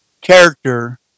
character